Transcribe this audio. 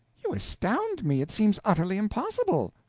you astound me! it seems utterly impossible!